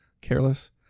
careless